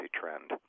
trend